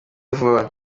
vuba